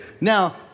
Now